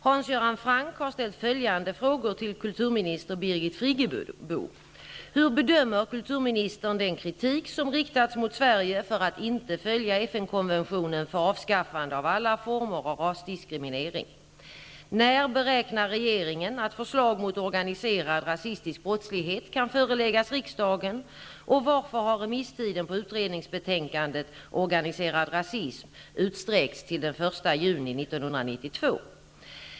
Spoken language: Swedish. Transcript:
Hans Göran Franck har ställt följande frågor till kulturminister Birgit Friggebo: Hur bedömer kulturministern den kritik som riktats mot Sverige för att inte följa FN konventionen för avskaffande av alla former av rasdiskriminering?